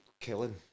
killing